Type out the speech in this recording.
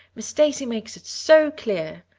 miss stacy makes it so clear.